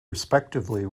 respectively